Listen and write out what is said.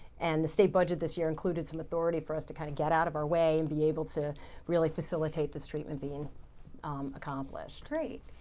and the state budget this year included some authority for us to kind of get out of our way and be able to really facilitate this treatment being accomplished. great.